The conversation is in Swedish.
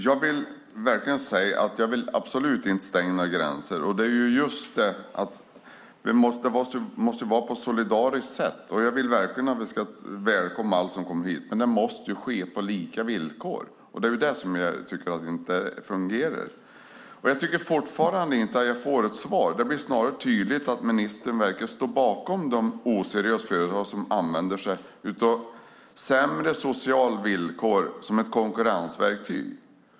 Fru talman! Jag vill absolut inte stänga några gränser. Det måste vara solidariskt. Jag vill verkligen att vi ska välkomna alla som kommer hit. Men det måste ske på lika villkor, och det är det som jag tycker inte fungerar. Jag tycker fortfarande inte att jag får ett svar. Det blir snarare tydligt att ministern verkar stå bakom de oseriösa företag som använder sig av sämre sociala villkor som ett konkurrensverktyg.